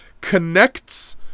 connects